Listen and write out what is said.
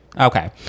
Okay